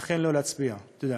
לא להצביע בעדו.